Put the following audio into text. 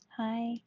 Hi